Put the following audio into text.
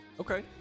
Okay